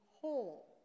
whole